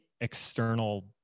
external